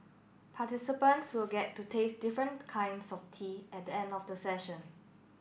participants will get to taste different kinds of tea at the end of the session